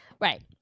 Right